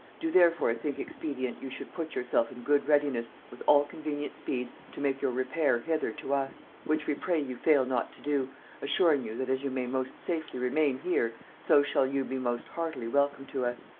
do therefore think expedient you should put yourself in good readiness, with all convenient speed, to make your repair hither to us. which we pray you fail not to do assuring you, that as you may most safely remain here, so shall you be most heartily welcome to us.